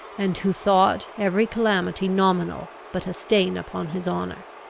and who thought every calamity nominal but a stain upon his honour.